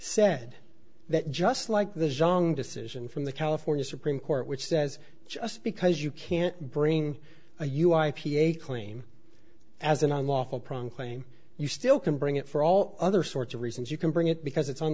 said that just like the junk decision from the california supreme court which says just because you can't bring a u i p a claim as an unlawful pronk claim you still can bring it for all other sorts of reasons you can bring it because it's